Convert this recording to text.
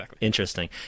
interesting